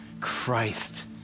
Christ